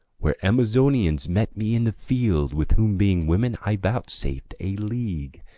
where amazonians met me in the field, with whom, being women, i vouchsaf'd a league,